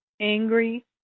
angry